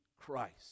Christ